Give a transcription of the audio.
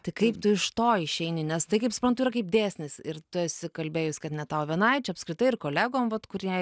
tai kaip tu iš to išeini nes tai kaip suprantu yra kaip dėsnis ir tu esi kalbėjus kad ne tau vienai čia apskritai ir kolegom vat kurie